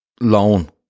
loan